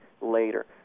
later